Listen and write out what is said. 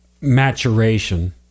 maturation